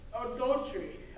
adultery